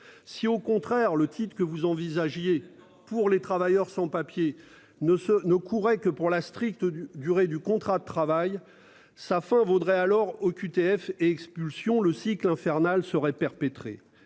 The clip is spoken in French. Si au contraire le titre que vous envisagiez pour les travailleurs sans-papiers ne se ne courait que pour la stricte durée du contrat de travail ça enfin vaudrait alors OQTF et expulsions. Le cycle infernal seraient perpétrées.